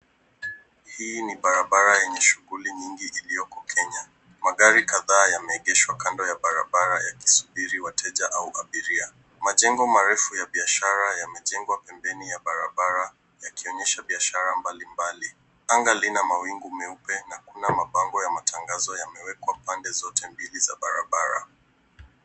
Hii ni barabara yenye shughuli nyingi iliyoko Kenya. Magari kadhaa yameegeshwa kando ya barabara yakisubiri wateja au abiria. Majengo marefu ya biashara yamejengwa pembeni ya barabara yakionyesha biashara mbalimbali. Anga lina mawingu meupe na kuna mabango ya matangazo yamewekwa pande zote mbili za barabara.